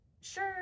sure